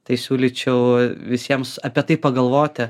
tai siūlyčiau visiems apie tai pagalvoti